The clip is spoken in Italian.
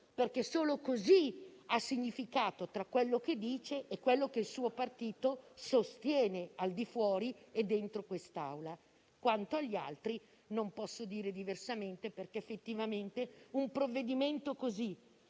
perché solo così ha significato quello che lei dice in relazione a ciò che il suo partito sostiene al di fuori e dentro quest'Aula. Quanto agli altri non posso dire diversamente, perché effettivamente un provvedimento così,